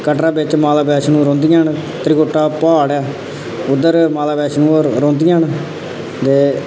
कटड़ा बिच माता वैश्णो रौंहदियां न त्रिकुटा प्हाड़ ऐ उद्धर माता वैश्णो रौंहदियां न ते